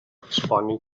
responding